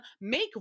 make